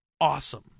Awesome